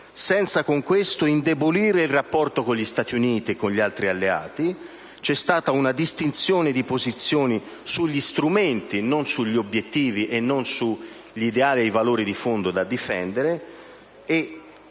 senza con questo indebolire il rapporto con gli Stati Uniti e gli altri alleati. C'è stata una distinzione di posizioni sugli strumenti e non sugli obiettivi, non sugli ideali e sui valori di fondo da difendere.